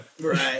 Right